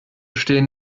stehen